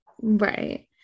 right